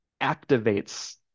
activates